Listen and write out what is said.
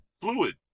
fluid